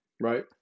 right